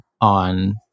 on